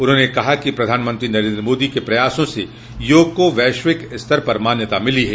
उन्होंने कहा कि प्रधानमंत्री नरेन्द्र मादी के प्रयासो से योग को वैश्विक स्तर पर मान्यता मिली है